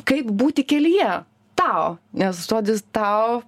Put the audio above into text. kaip būti kelyje tau nes žodis tau